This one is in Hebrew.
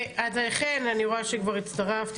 אז חן אני רואה שכבר הצטרפת,